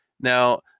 Now